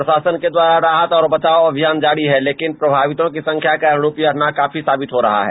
प्रशासन के द्वारा राहत और बचाव अभियान जारी है लेकिन प्रभावितों की संख्या के अनुरूप यह नाकाफी साबित हो रहा है